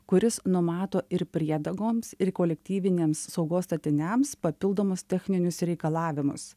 kuris numato ir priedagoms ir kolektyvinėms saugos statiniams papildomus techninius reikalavimus